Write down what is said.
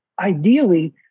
ideally